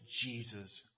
Jesus